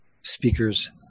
speakers